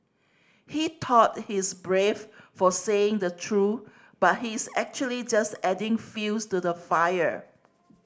he thought he's brave for saying the truth but he's actually just adding fuels to the fire